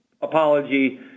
apology